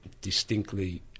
distinctly